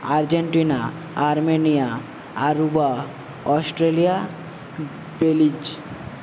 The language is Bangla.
Argentina Armenia Aruba Australia পেলিচ